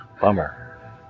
Bummer